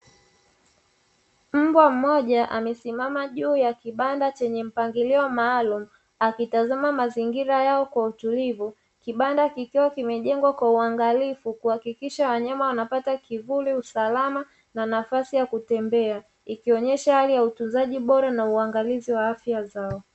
Mbwa mmoja amesimama juu ya kibanda chenye mpangilio maalumu, akitazama mazingira yao kwa utulivu kibanda kikiwa kimejengwa kwa uangalifu kuhakikisha wanyama wanapata kivuli usalama na nafasi ya kutembea ikionyesha hali ya utunzaji bora na uangalizi wa afya zao.